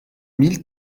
mille